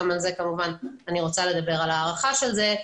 אני כמובן רוצה גם לדבר על ההארכה של זה,